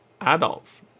adults